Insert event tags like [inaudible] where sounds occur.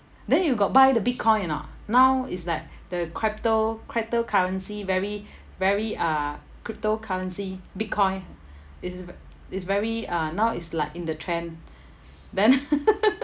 then you got buy the bitcoin or not now it's like the crypto cryptocurrency very [breath] very uh cryptocurrency bitcoin it's ve~ it's very uh now it's like in the trend [breath] then [laughs]